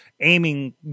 aiming